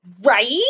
right